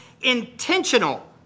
intentional